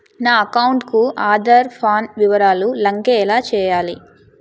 నా అకౌంట్ కు ఆధార్, పాన్ వివరాలు లంకె ఎలా చేయాలి?